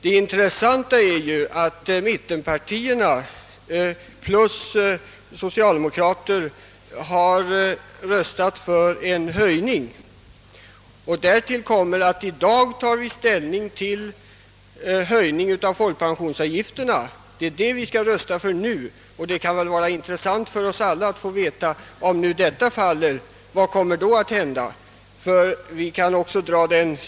Det intressanta är nu att mittenpartierna plus socialdemokrater har röstat för en höjning. Därtill kommer att vi i dag skall ta ställning till ett förslag om höjning av folkpensionsavgifterna. Det kan vara intressant för oss alla att veta, vad som kommer att hända om nu detta förslag faller.